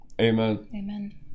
Amen